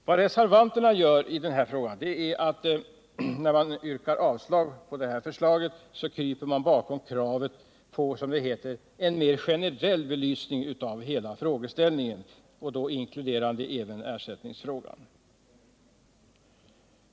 När reservanterna yrkar avslag på förslaget, kryper man bakom kravet på, som det heter, en mer generell belysning av hela frågeställningen. Då inkluderas även ersättningsfrågan.